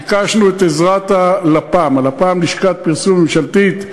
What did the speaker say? ביקשנו את עזרת הלפ"מ, לשכת הפרסום הממשלתית,